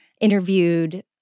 interviewed